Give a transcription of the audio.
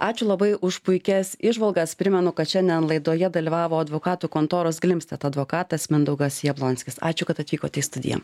ačiū labai už puikias įžvalgas primenu kad šiandien laidoje dalyvavo advokatų kontoros glimstedt advokatas mindaugas jablonskis ačiū kad atvykote į studiją